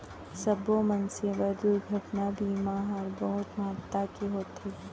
सब्बो मनसे बर दुरघटना बीमा हर बहुत महत्ता के होथे